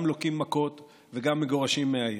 גם לוקים מכות וגם מגורשים מהעיר.